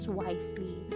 wisely